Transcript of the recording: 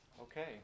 Okay